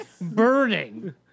burning